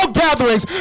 gatherings